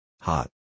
Hot